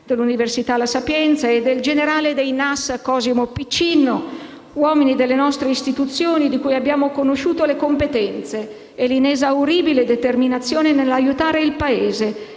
dell'Università La Sapienza e del Generale dei NAS Cosimo Piccinno. Uomini delle nostre istituzioni, di cui abbiamo conosciuto le competenze e l'inesauribile determinazione nell'aiutare il Paese